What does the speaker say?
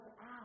out